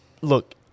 look